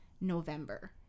November